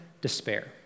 despair